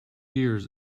years